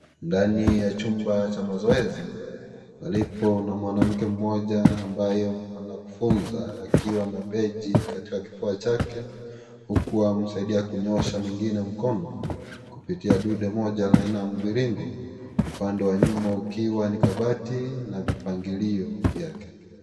Ndani ya chumba cha mazoezi palipo na mwanamke moja ambaye anafunza akiwa na baji katika kifua chake huku anamsaidia kunyoosha mwingine mkono kupitia dude moja la aina ya mviringo upande wa nyuma ukiwa ni kabati na vipangilio vyake.